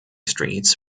streets